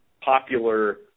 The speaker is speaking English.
popular